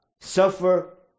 suffer